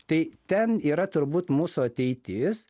tai ten yra turbūt mūsų ateitis